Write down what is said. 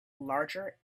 larger